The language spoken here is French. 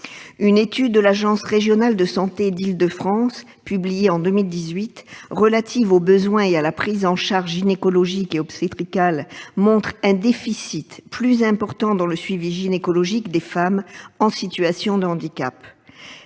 Une étude de l'agence régionale de santé d'Île-de-France, publiée en 2018, relative aux besoins et à la prise en charge gynécologique et obstétricale montre un déficit plus important dans le suivi gynécologique des femmes en situation de handicap.